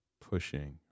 pushing